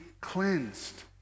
cleansed